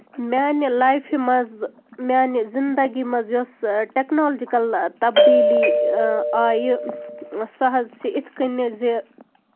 میانہِ لایفہِ منٛز میانہِ زِندگی منٛز یۄس ٹیٚکنالجِکَل تَبدیٖلی آیہِ سۄ حظ چھِ یِتھ کنیٚتھ زِ